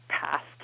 passed